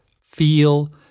feel